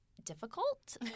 Difficult